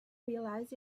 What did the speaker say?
realize